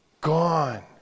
Gone